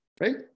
right